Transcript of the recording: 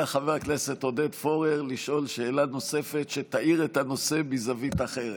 חבר כנסת עודד פורר לשאול שאלה נוספת שתאיר את הנושא מזווית אחרת?